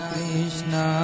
Krishna